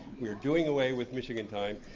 we're doing away with michigan time,